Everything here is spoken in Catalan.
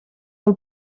del